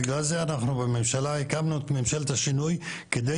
בגלל זה בממשלה הקמנו את ממשלת השינוי כדי